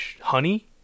Honey